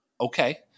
Okay